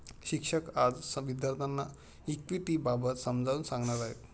शिक्षक आज विद्यार्थ्यांना इक्विटिबाबत समजावून सांगणार आहेत